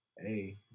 Hey